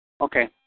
Okay